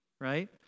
right